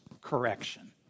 correction